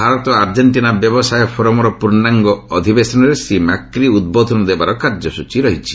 Bharat Argentina ବ୍ୟବସାୟ ଫୋରମର ପୂର୍ଣ୍ଣାଙ୍ଗ ଅଧିବେଶନରେ ଶ୍ରୀ ମାକ୍ରି ଉଦ୍ବୋଧନ ଦେବାର କାର୍ଯ୍ୟସ୍ଚୀ ରହିଛି